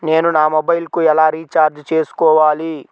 నేను నా మొబైల్కు ఎలా రీఛార్జ్ చేసుకోవాలి?